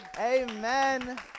amen